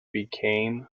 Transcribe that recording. became